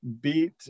beat